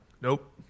Nope